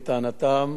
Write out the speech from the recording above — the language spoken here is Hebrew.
לטענתן.